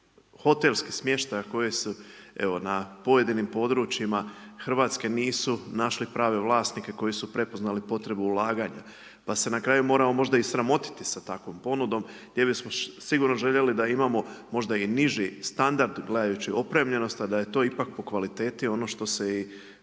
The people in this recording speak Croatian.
hotelskih smještaja koji evo na pojedinim područjima Hrvatske nisu našli prave vlasnike koji su prepoznali potrebu ulaganja, pa se na kraju moramo možda i sramotiti sa takvom ponudom gdje bismo sigurno željeli da imamo možda i niži standard gledajući opremljenost a da je to ipak po kvaliteti ono što se i